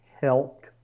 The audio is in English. helped